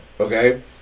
okay